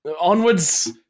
Onwards